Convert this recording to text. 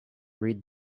read